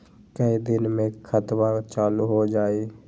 कई दिन मे खतबा चालु हो जाई?